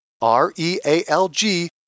R-E-A-L-G